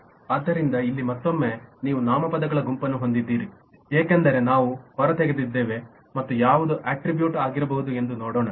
ಆದ್ದರಿಂದ ಇಲ್ಲಿ ಮತ್ತೊಮ್ಮೆ ನೀವು ನಾಮಪದಗಳ ಗುಂಪನ್ನು ಹೊಂದಿದ್ದೀರಿ ಏಕೆಂದರೆ ನಾವು ಹೊರತೆಗೆದಿದ್ದೇವೆ ಮತ್ತು ಯಾವುದು ಅಟ್ರಿಬ್ಯೂಟ್ ಆಗಿರಬಹುದು ಎಂದು ನೋಡೋಣ